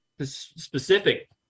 specific